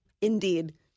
Indeed